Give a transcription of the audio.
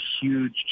huge